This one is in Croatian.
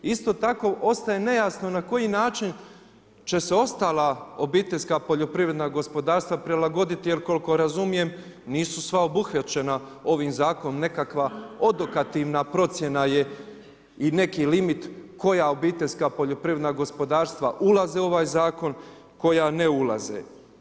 Isto tako ostaje nejasno na koji način će se ostala obiteljska poljoprivredna gospodarstva prilagoditi, jer koliko razumijem nisu sva obuhvaćena ovim zakonom, nekakva odokativna procjena je i neki limit koja obiteljska poljoprivredna gospodarstva ulaze u ovaj zakon, koja ne ulaze.